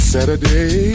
Saturday